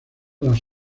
las